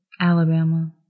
Alabama